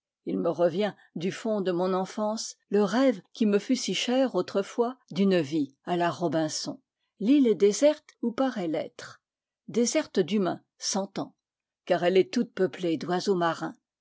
il me revient du fond de mon enfance le rêve qui me fut si cher autrefois d'une vie à la robinson l'île est déserte ou paraît l'être déserte d'hu mains s'entend car elle est toute peuplée d'oiseaux marins